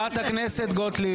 חברת הכנסת גוטליב.